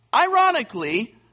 ironically